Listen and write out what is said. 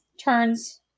turns